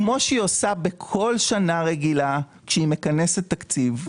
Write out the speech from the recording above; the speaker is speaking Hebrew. כמו שהיא עושה בכל שנה רגילה כשהיא מכנסת תקציב,